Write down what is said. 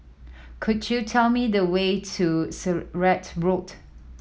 could you tell me the way to Sirat Road